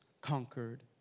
conquered